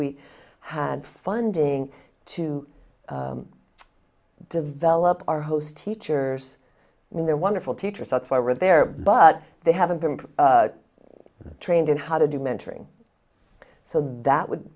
we had funding to develop our host teachers when they're wonderful teachers that's why we're there but they haven't been trained in how to do mentoring so that would